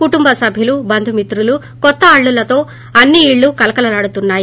కుటుంబ సభ్యులు బంధు మిత్రులు కొత్త అల్లుళ్ళతో అన్సి ఇళ్ళూ కలకలాడుతున్నాయి